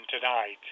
tonight